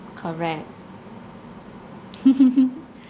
correct